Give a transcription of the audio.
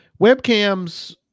webcams